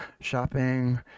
shopping